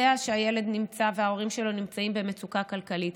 שהילד וההורים שלו נמצאים במצוקה כלכלית.